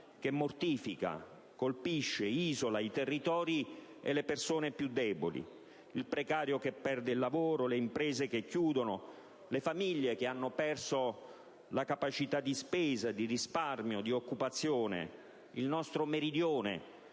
che mortifica, colpisce e isola i territori e le persone più deboli, il precario che perde il lavoro, le imprese che chiudono, le famiglie che hanno perso la capacità di spesa, di risparmio, di occupazione, il nostro Meridione,